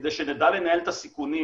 כדי שנדע לנהל את הסיכונים,